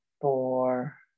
Four